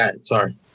Sorry